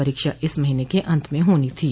परीक्षा इस महीने के अंत में होनी थी